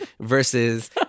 versus